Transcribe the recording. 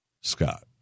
Scott